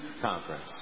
Conference